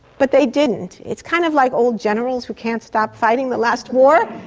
but they didn't. it's kind of like old generals who can't stop fighting the last war.